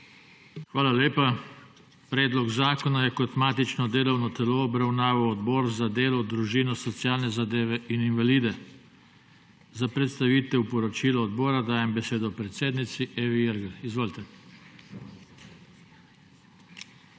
Hvala lepa. Predlog zakona je kot matično delovno telo obravnaval Odbor za delo, družino, socialne zadeve in invalide. Za predstavitev poročila odbora dajem besedo predsednici Evi Irgl. Izvolite.